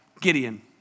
Gideon